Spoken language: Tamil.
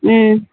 ம்